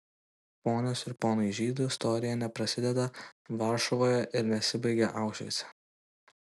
ponios ir ponai žydų istorija neprasideda varšuvoje ir nesibaigia aušvice